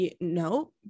no